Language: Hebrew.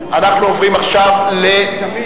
כן.